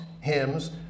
hymns